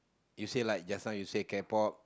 you say like just now you say K-pop